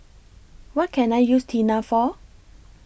What Can I use Tena For